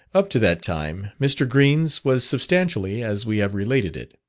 up to that time, mr. green's was substantially as we have related it.